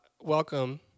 Welcome